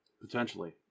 Potentially